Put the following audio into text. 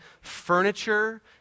furniture